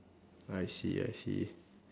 I see I see